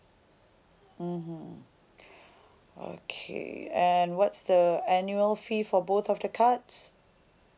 mmhmm okay and what's the annual fee for both of the cards